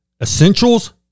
Essentials